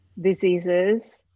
diseases